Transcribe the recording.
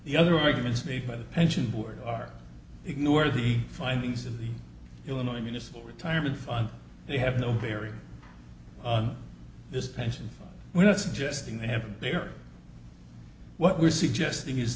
the other arguments made by the pension board are ignore the findings of the illinois municipal retirement fund they have no bearing on this pension we're not suggesting they have they are what we're suggesting is